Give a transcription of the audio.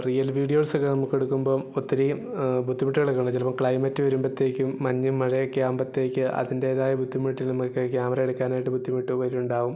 real videos ഒക്കെ നമുക്കെടുക്കുമ്പം ഒത്തിരി ബുദ്ധിമുട്ടുകളൊക്കെയുണ്ട് ചിലപ്പം ക്ലൈമറ്റ് വരുമ്പോഴത്തേക്കും മഞ്ഞും മഴയൊക്കെ ആവുമ്പോഴത്തേക്ക് അതിന്റേതായ ബുദ്ധിമുട്ടുകള് നമുക്ക് ക്യാമറ എടുക്കാനായിട്ട് ബുദ്ധിമുട്ട് ഉപരി ഉണ്ടാവും